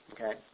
Okay